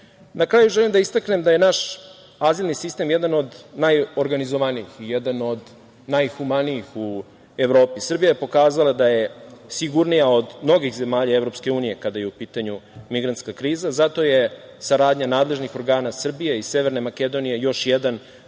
kraju želim da istaknem da je naš azilni sistem jedan od najorganizovanijih i jedan od najhumanijih u Evropi. Srbija je pokazala da je sigurnija od mnogih zemalja Evropske unije kada je u pitanju migrantska kriza. Zato je saradnja nadležnih organa Srbije i Severne Makedonije još jedan